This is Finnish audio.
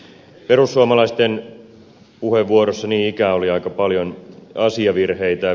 perussuomalaisten puheenvuorossa niin ikään oli aika paljon asiavirheitä